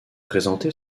présentée